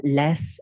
less